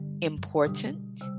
important